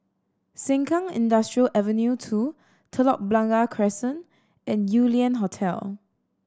Sengkang Industrial Avenue Two Telok Blangah Crescent and Yew Lian Hotel